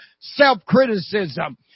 self-criticism